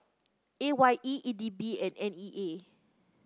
A Y E E D B and N E A